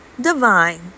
divine